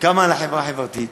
שקמה על המחאה החברתית